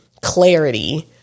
clarity